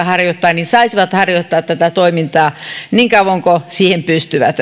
harjoittavat saisivat harjoittaa tätä toimintaa niin kauan kuin siihen pystyvät